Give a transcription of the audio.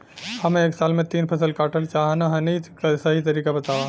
हम एक साल में तीन फसल काटल चाहत हइं तनि सही तरीका बतावा?